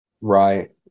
Right